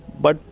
but,